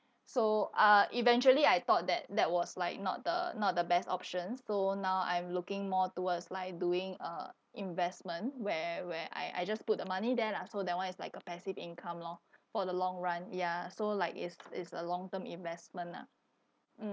so uh eventually I thought that that was like not the not the best options so now I'm looking more towards like doing uh investment where where I I just put the money there lah so that one is like a passive income loh for the long run ya so like is is a long term investment ah mm